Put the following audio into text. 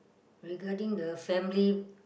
regarding the family